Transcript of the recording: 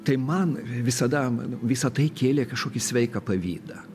tai man visada visa tai kėlė kažkokį sveiką pavydą